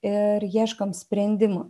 ir ieškom sprendimų